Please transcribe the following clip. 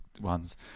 ones